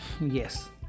Yes